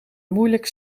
moeilijk